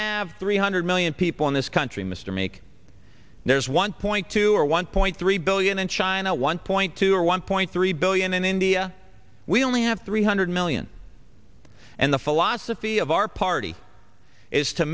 have three hundred million people in this country mr make there's one point two or one point three billion in china one point two or one point three billion in india we only have three hundred million and the philosophy of our party is to